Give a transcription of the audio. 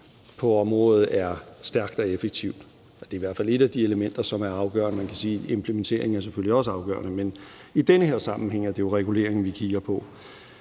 på området er stærkt og effektivt. Det er i hvert fald et af de elementer, som er afgørende. Man kan sige, at implementeringen selvfølgelig også er afgørende, men i den her sammenhæng er det jo reguleringen, vi kigger på.